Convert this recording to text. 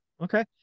Okay